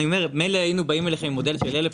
מילא היינו באים אליכם עם מודל של 1,000,